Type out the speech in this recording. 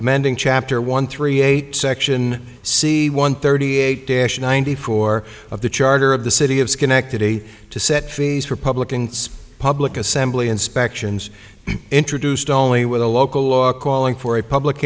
amending chapter one three eight section c one thirty eight dash ninety four of the charter of the city of schenectady to set fees republicans public assembly inspections introduced only with a local law calling for a public